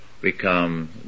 become